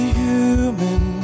human